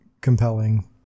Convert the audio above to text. compelling